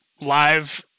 live